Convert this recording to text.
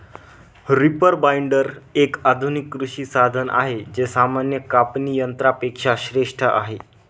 reaper binder, एक आधुनिक कृषी साधन आहे जे सामान्य कापणी यंत्रा पेक्षा श्रेष्ठ आहे